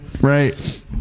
Right